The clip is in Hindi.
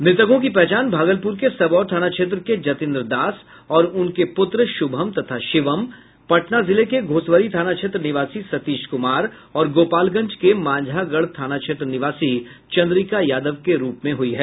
मृतकों की पहचान भागलपुर के सबौर थाना क्षेत्र के जतिंदर दास और उनके पुत्र शुभम तथा शिवम पटना जिले के घोसवरी थाना क्षेत्र निवासी सतीश कुमार और गोपालगंज के मांझागढ़ थाना क्षेत्र निवासी चंद्रिका यादव के रूप में हुई है